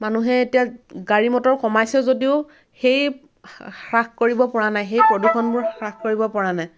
মানুহে এতিয়া গাড়ী মটৰ কমাইছে যদিও সেই হ্ৰাস কৰিব পৰা নাই সেই প্ৰদূষণবোৰ হ্ৰাস কৰিব পৰা নাই